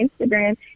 Instagram